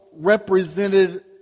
represented